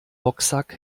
boxsack